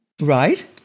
Right